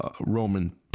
Roman